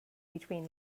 between